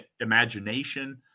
imagination